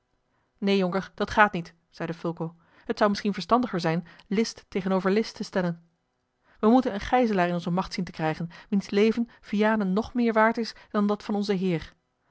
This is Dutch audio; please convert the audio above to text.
neen jonker dat gaat niet zeide fulco het zou misschien verstandiger zijn list tegenover list te stellen we moeten een gijzelaar in onze macht zien te krijgen wiens leven vianen nog meer waard is dan dat van onzen heer